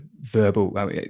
verbal